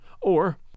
or